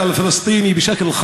בבקשה.